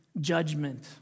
judgment